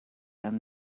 and